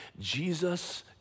Jesus